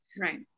Right